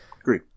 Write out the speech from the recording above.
Agree